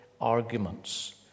arguments